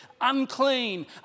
unclean